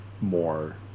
more